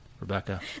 Rebecca